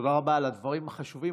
תודה רבה על הדברים החשובים.